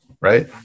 Right